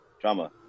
drama